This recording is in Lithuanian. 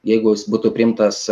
jeigu jis būtų priimtas